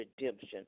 redemption